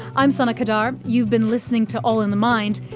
i'm sana qadar, you've been listening to all in the mind,